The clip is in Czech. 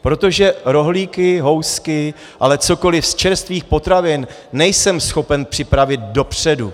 Protože rohlíky, housky, ale cokoliv z čerstvých potravin nejsem schopen připravit dopředu.